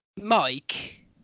Mike